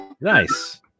Nice